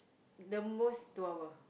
the most two hour